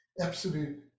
absolute